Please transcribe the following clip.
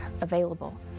available